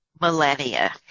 millennia